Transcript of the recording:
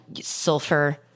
sulfur